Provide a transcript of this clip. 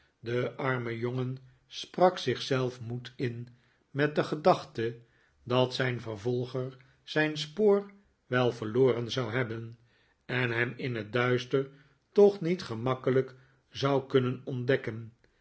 de arme jongen sprak zich zelf moed in met de gedachte dat zijn vervolger zijn spoor wel verloren zou hebben en hem in het duister toch niet gemakkelijk zou kunnen ontdekken